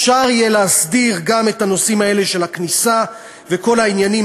אפשר יהיה להסדיר גם את הנושאים האלה של הכניסה וכל העניינים